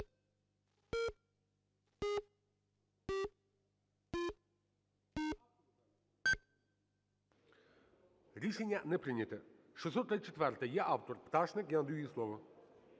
Рішення не прийнято.